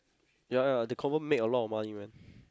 ya ya they confirm make a lot of money man